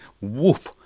woof